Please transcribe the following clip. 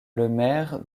lemaire